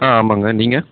ஆ ஆமாங்க நீங்கள்